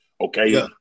Okay